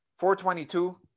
422